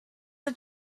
the